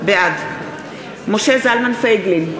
בעד משה זלמן פייגלין,